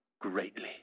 greatly